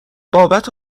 بابت